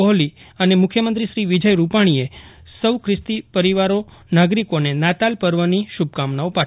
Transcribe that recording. કોહલી અને મુખ્યમંત્રી શ્રી વિજય રૂપાક્ષીએ સૌ ખિસ્તી પરિવારો નાગરિકોને નાતાલ પર્વની શુભકામનાઓ પાઠવી છે